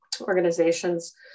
organizations